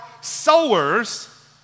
sowers